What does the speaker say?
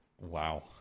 Wow